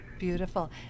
Beautiful